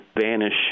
vanish